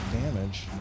damage